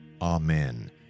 Amen